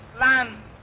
land